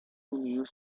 unidos